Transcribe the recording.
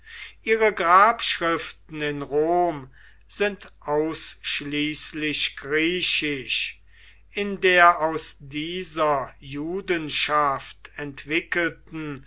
ihre grabschriften in rom sind ausschließlich griechisch in der aus dieser judenschaft entwickelten